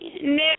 Nick